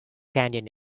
canyon